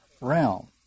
realm